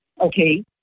Okay